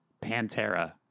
pantera